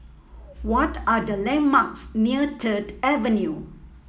what are the landmarks near Third Avenue